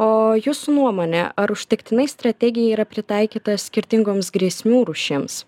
o jūsų nuomone ar užtektinai strategija yra pritaikyta skirtingoms grėsmių rūšims